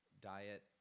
diet